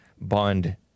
bond